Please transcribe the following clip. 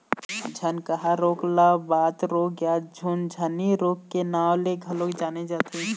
झनकहा रोग ल बात रोग या झुनझनी रोग के नांव ले घलोक जाने जाथे